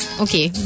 okay